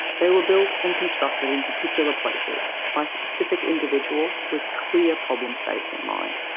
they were built and constructed in particular places, by specific individuals, with clear problem states in mind.